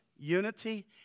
Unity